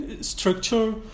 structure